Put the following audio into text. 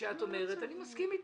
ושאת אומרת אני מסכים איתך,